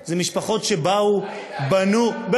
זה משפחות שבאו, בנו, היית שם?